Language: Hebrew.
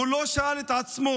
הוא לא שאל את עצמו